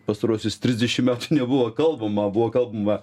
pastaruosius trisdešim metų nebuvo kalbama buvo kalbama